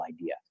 idea